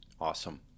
Awesome